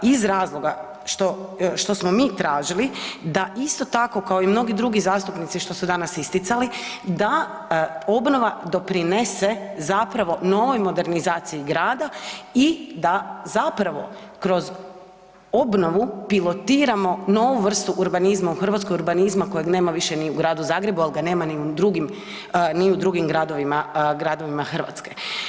Iz razloga što smo mi tražili da isto tako kao i mnogi drugi zastupnici što su danas isticali, da obnova doprinese zapravo novoj modernizaciji grada i da zapravo kroz obnovu pilotiramo novu vrstu urbanizma u Hrvatskoj, urbanizma kojeg nema više ni u Gradu Zagrebu, al ga nema ni u drugim, ni u drugim gradovima, gradovima Hrvatske.